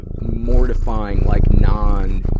ah mortifying, like non,